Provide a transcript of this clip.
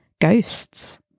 Ghosts